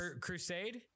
Crusade